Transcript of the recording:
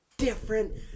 different